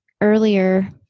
earlier